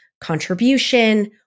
contribution